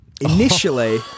Initially